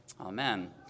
Amen